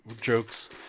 jokes